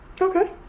Okay